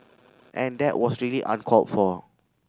and that was really uncalled for